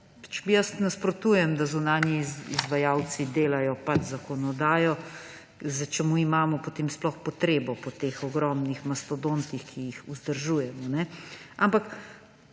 Jaz nasprotujem, da zunanji izvajalci delajo zakonodajo. Čemu imamo potem sploh potrebo po teh ogromnih mastodontih, ki jih vzdržujemo? Ta